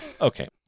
Okay